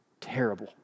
Terrible